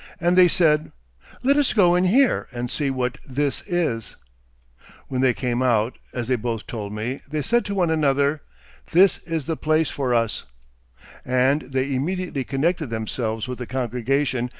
and they said let us go in here and see what this is when they came out, as they both told me, they said to one another this is the place for us and they immediately connected themselves with the congregation,